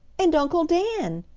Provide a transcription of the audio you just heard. and uncle dan!